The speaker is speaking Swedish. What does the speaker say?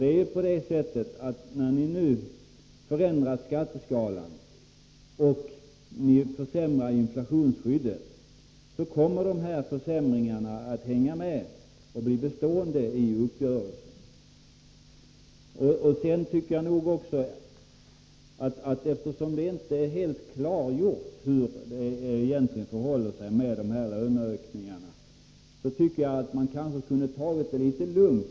De försämringar som den förändrade skatteskalan och det minskade inflationsskyddet innebär kommer att bli bestående. Eftersom det inte heller är helt klarlagt hur det egentligen blir med kommande löneökningar, tycker jag att man hade kunnat ta det litet lugnt.